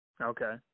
Okay